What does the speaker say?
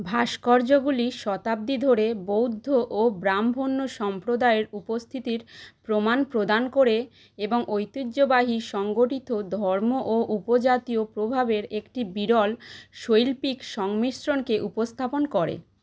ভাস্কর্যগুলি শতাব্দী ধরে বৌদ্ধ ও ব্রাহ্মণ্য সম্প্রদায়ের উপস্থিতির প্রমাণ প্রদান করে এবং ঐতিহ্যবাহী সংগঠিত ধর্ম ও উপজাতীয় প্রভাবের একটি বিরল শৈল্পিক সংমিশ্রণকে উপস্থাপন করে